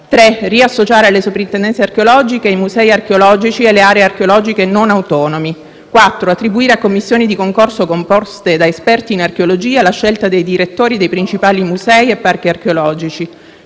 riassociare alle Soprintendenze archeologiche i musei archeologici e le aree archeologiche non autonomi; in quarto luogo attribuire a commissioni di concorso composte da esperti in archeologia la scelta dei direttori dei principali musei e parchi archeologici;